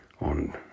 on